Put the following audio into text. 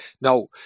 Now